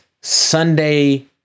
Sunday